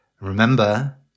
Remember